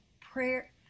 Prayer